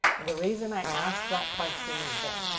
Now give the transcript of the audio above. and the reason i ask that question is this.